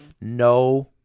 No